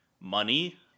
money